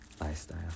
lifestyle